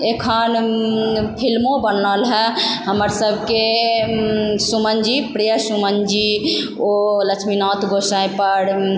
एखन फिल्मो बनल हइ हमर सबके सुमन जी प्रिय सुमन जी ओ लक्ष्मीनाथ गोसाइपर